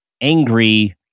angry